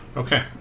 Okay